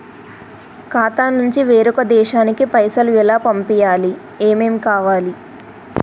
ఖాతా నుంచి వేరొక దేశానికి పైసలు ఎలా పంపియ్యాలి? ఏమేం కావాలి?